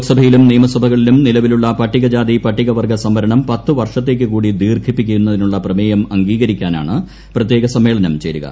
ലോക്സഭയിലും നിയമസഭകളിലും നിലവിലുള്ള പട്ടികജാതി പട്ടിക വർഗ സംവരണം പത്ത് വർഷത്തേക്ക് കൂടി ദീർഘിപ്പിക്കാനുള്ള പ്രമേയം അംഗീകരിക്കാനാണ് പ്രത്യേക സമ്മേളനം ചേരുക